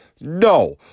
No